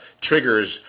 triggers